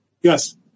Yes